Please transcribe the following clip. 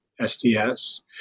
SDS